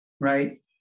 Right